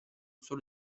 solo